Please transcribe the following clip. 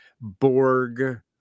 Borg